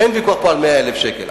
אין פה ויכוח על 100,000 שקל,